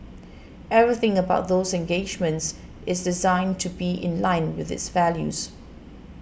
everything about those engagements is designed to be in line with its values